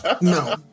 No